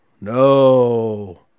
No